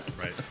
right